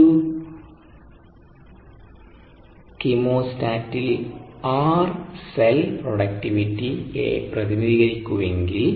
ഒരു കീമോസ്റ്റാറ്റിൽ R cell productivity യെ പ്രതിനിധീകരിക്കുന്നുവെങ്കിൽ